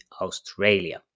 Australia